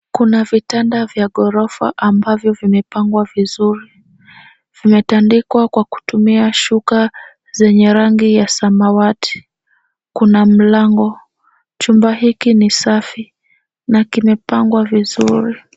Kuna vitanda vya ghorofa ambavyo vimepangwa vizuri. Vimetandikwa kwa kutumia shuka zenye rangi ya samawati. Kuna mlango. Chumba hiki ni safi na kimepangwa vizuri.